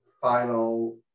final